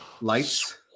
lights